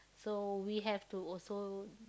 so we have to also